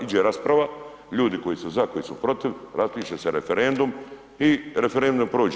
Iđe rasprava, ljudi koji su za koji su protiv, raspiše se referendum i referendum prođe.